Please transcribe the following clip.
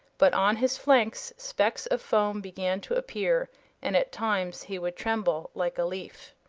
but on his flanks specks of foam began to appear and at times he would tremble like a leaf.